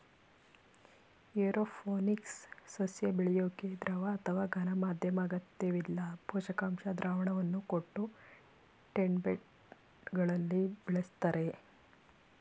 aeroponics ಸಸ್ಯ ಬೆಳ್ಯೋಕೆ ದ್ರವ ಅಥವಾ ಘನ ಮಾಧ್ಯಮ ಅಗತ್ಯವಿಲ್ಲ ಪೋಷಕಾಂಶ ದ್ರಾವಣವನ್ನು ಕೊಟ್ಟು ಟೆಂಟ್ಬೆಗಳಲ್ಲಿ ಬೆಳಿಸ್ತರೆ